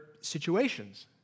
situations